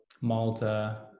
Malta